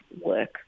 work